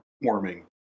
warming